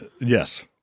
Yes